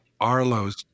arlo's